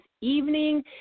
evening